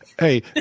Hey